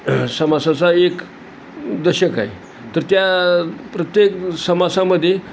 समासाचा एक दशक आहे तर त्या प्रत्येक समासामध्ये